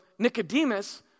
Nicodemus